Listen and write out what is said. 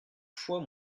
fois